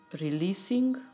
releasing